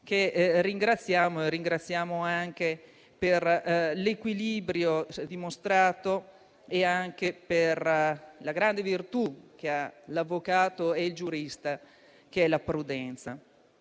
Zanettin, che ringraziamo anche per l'equilibrio dimostrato e per la grande virtù che ha l'avvocato e il giurista, ossia la prudenza.